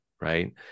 Right